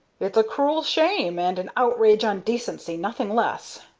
it's a cruel shame and an outrage on dacency, nothing less!